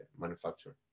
manufacturer